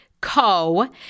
Co